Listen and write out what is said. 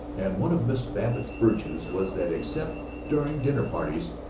and one of mrs. babbitt's virtues was that, except during dinner-parties,